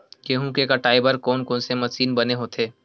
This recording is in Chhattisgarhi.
गेहूं के कटाई बर कोन कोन से मशीन बने होथे?